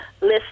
list